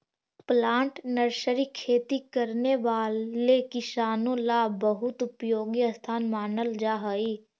plant nursery खेती करने वाले किसानों ला बहुत उपयोगी स्थान मानल जा हई